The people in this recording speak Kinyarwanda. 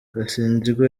gasinzigwa